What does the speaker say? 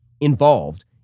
involved